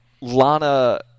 Lana